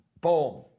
boom